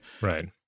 Right